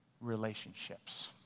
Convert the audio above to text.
relationships